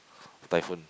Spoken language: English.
typhoon